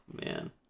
man